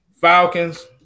Falcons